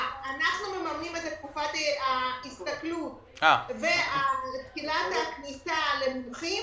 אנחנו מממנים את תקופת ההסתכלות והתקינה מהכניסה למומחים.